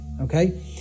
Okay